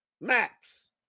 max